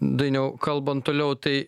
dainiau kalbant toliau tai